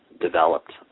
developed